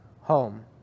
home